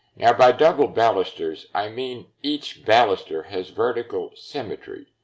yeah by double balusters, i mean, each baluster has vertical symmetry,